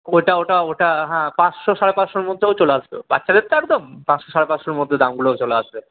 ওটা ওটা ওটা হ্যাঁ পাঁচশো সাড়ে পাঁচশোর মধ্যেও চলে আসবে বাচ্চাদের তো একদম পাঁচশো সাড়ে পাঁচশোর মধ্যে দামগুলো চলে আসবে